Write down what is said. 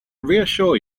reassure